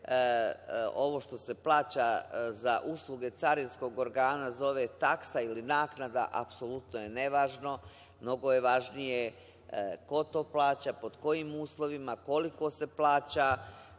ovo što se plaća za usluge carinskog organa zove taksa ili naknada, apsolutno je nevažno. Mnogo je važnije ko to plaća, pod kojim uslovima, koliko se plaća,